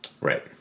Right